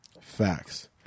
Facts